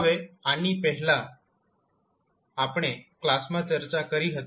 હવે આની આપણે પહેલાના કલાસમાં ચર્ચા કરી હતી